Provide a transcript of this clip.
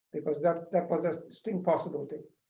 because that that was a distinct possibility.